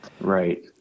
Right